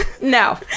No